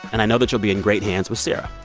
and i know that you'll be in great hands with sarah.